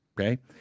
Okay